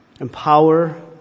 empower